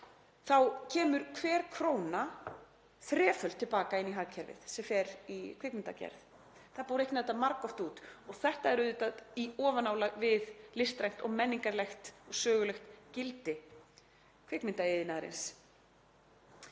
þá kemur hver króna þreföld til baka inn í hagkerfið sem fer í kvikmyndagerð. Það er búið að reikna þetta margoft út og þetta er auðvitað í ofanálag við listrænt og menningarlegt og sögulegt gildi kvikmyndaiðnaðarins.